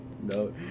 No